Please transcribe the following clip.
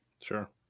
Sure